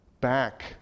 back